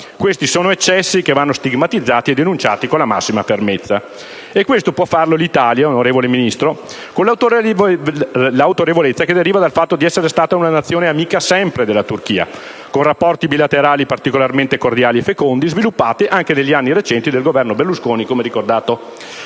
Questi sono eccessi che vanno stigmatizzati e denunciati con la massima fermezza. E questo può farlo l'Italia, signora Ministro, con l'autorevolezza che deriva dal fatto di essere da sempre Nazione amica della Turchia, con rapporti bilaterali particolarmente cordiali e fecondi, sviluppati anche negli anni recenti del Governo Berlusconi, come ricordato